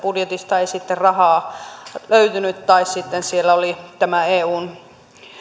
budjetista ei sitten rahaa löytynyt tai sitten siellä oli tämä eun